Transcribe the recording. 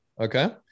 Okay